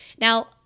Now